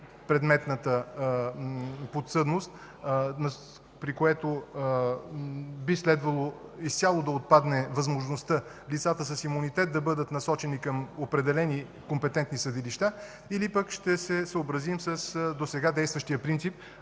предметната подсъдност, при което би следвало изцяло да отпадне възможността лицата с имунитет да бъдат насочени към определени компетентни съдилища, или пък ще се съобразим с досега действащия принцип